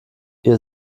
ihr